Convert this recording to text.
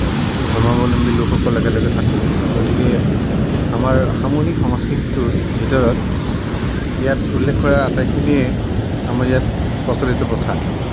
ধৰ্মাৱলম্বী লোকসকল একেলগে থাকোঁ গতিকে আমাৰ সামূহিক সংস্কৃতিটোৰ ভিতৰত ইয়াত উল্লেখ কৰা আটাইখিনিয়ে আমাৰ ইয়াত প্ৰচলিত প্ৰথা